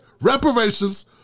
reparations